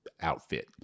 outfit